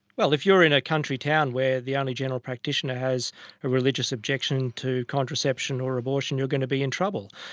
well, if you are in a country town where the only general practitioner has a religious objection to contraception or abortion, you're going to be in trouble.